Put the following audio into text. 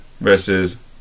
versus